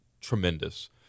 tremendous